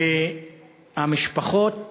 והמשפחות